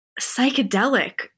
psychedelic